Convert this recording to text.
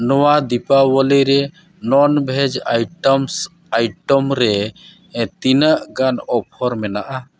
ᱱᱚᱣᱟ ᱫᱤᱯᱟᱵᱚᱞᱤ ᱨᱮ ᱱᱚᱱᱵᱷᱮᱡᱽ ᱟᱭᱴᱮᱢᱥ ᱟᱭᱴᱮᱢ ᱨᱮ ᱛᱤᱱᱟᱹᱜ ᱜᱟᱱ ᱚᱯᱷᱟᱨ ᱢᱮᱱᱟᱜᱼᱟ